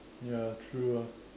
ya true ah